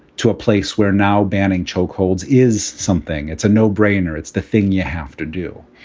to a place where now banning chokeholds is something it's a no brainer. it's the thing you have to do.